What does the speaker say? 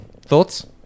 Thoughts